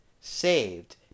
saved